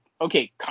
okay